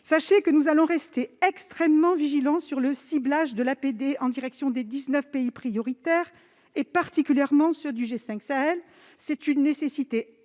Sachez que nous resterons extrêmement vigilants sur le ciblage de l'APD en direction des 19 pays prioritaires, particulièrement ceux du G5 Sahel. C'est une nécessité absolue